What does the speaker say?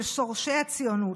אל שורשי הציונות,